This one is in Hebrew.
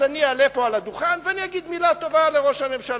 אז אני אעלה על הדוכן ואומר מלה טובה לראש הממשלה.